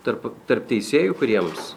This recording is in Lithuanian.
tarp tarp teisėjų kuriems